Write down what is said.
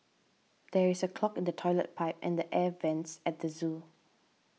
there is a clog in the Toilet Pipe and Air Vents at the zoo